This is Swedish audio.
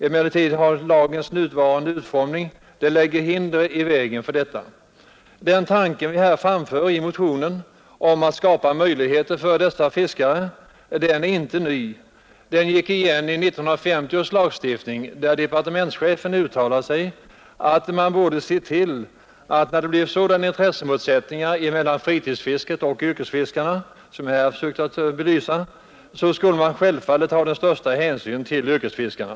Emellertid lägger lagens nuvarande utformning hinder i vägen för detta. Den i motionen framförda tanken att skapa sådana möjligheter för dessa fiskare är inte ny. Den gick igen i 1950 års lagstiftning, där departementschefen uttalade att man borde se till att vid sådana intressemotsättningar mellan fritidsfisket och yrkesfiskarna som jag här försökt att belysa självfallet den största hänsyn skulle tas till yrkesfiskarna.